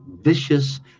vicious